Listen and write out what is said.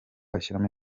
ashyiramo